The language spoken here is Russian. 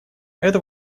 это